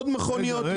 עוד מכוניות לקנות.